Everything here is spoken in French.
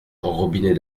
robinet